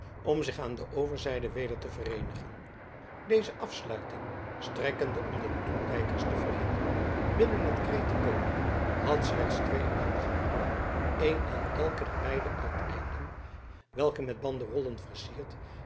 om zich aan de overzijde weder te vereenigen deze afsluiting strekkende om de toekijkers te verhinderen binnen het krijt te komen had slechts twee uitgangen een aan elk der beide uiteinden welke met banderollen versierd